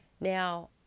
Now